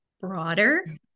broader